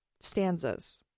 stanzas